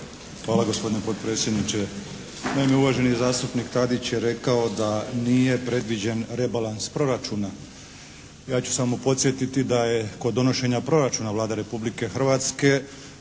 Hvala gospodine potpredsjedniče. Naime, uvaženi zastupnik Tadić je rekao da nije predviđen rebalans proračuna. Ja ću samo podsjetiti da je kod donošenja proračuna Vlada Republike Hrvatske